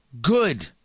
good